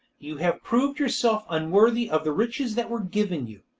you have proved yourself unworthy of the riches that were given you.